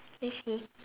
I see